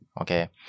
Okay